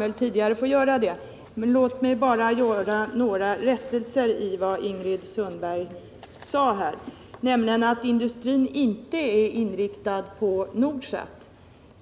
Herr talman! Låt mig göra några rättelser av vad Ingrid Sundberg sade. Hon framhöll att industrin inte är inriktad på Nordsat.